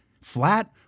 Flat